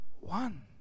one